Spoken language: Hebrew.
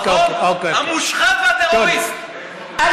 המושחת, הטרוריסט והגנב, זה אבי האומה שלך, נכון?